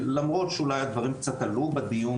למרות שהדברים אולי קצת עלו בדיון,